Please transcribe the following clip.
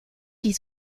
die